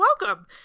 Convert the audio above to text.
welcome